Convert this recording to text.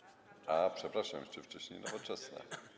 A, przepraszam, jeszcze wcześniej Nowoczesna.